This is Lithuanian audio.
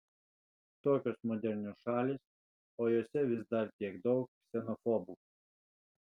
tokios modernios šalys o jose vis dar tiek daug ksenofobų